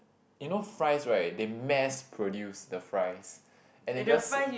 you know fries right they mass produce the fries and it just